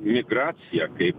migracija kaip